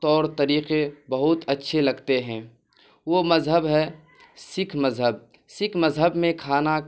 طور طریقے بہت اچھے لگتے ہیں وہ مذہب ہے سکھ مذہب سکھ مذہب میں کھانا